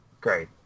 great